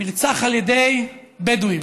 נרצח על ידי בדואים.